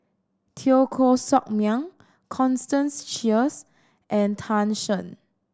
Teo Koh Sock Miang Constance Sheares and Tan Shen